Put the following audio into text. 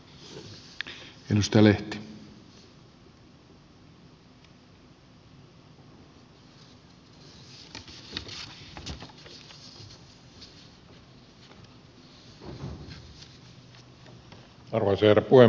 arvoisa herra puhemies